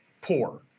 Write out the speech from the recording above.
poor